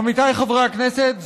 עמיתיי חברי הכנסת,